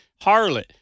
harlot